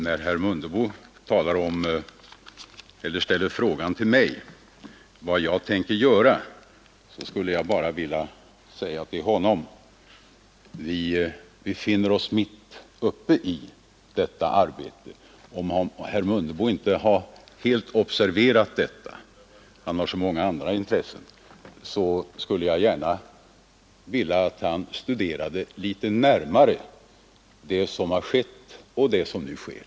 När herr Mundebo ställer frågan till mig vad jag tänker göra skulle jag bara vilja säga till honom: Vi befinner oss mitt uppe i detta 3 Riksdagens protokoll 1972. Nr 78-79 arbete, och om herr Mundebo inte helt har observerat detta — han har så många andra intressen — skulle jag gärna önska att han litet närmare studerade det som har skett och det som nu sker.